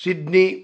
Sydney